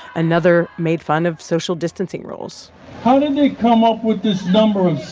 another made fun of social distancing rules how did they come up with this number of